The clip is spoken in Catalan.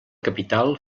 capital